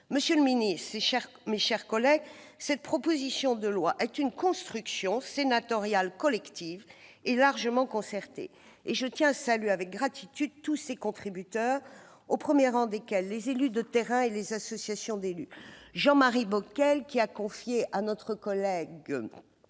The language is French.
Monsieur le ministre, mes chers collègues, cette proposition de loi est une construction sénatoriale collective et largement concertée. Je tiens à saluer avec gratitude tous ses contributeurs, au premier rang desquels figurent les élus de terrain et les associations d'élus. Je salue Jean-Marie Bockel, qui a confié à Christian